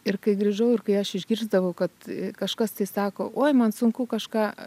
ir kai grįžau ir kai aš išgirsdavau kad kažkas tai sako oi man sunku kažką